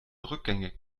rückgängig